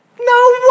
No